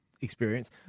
experience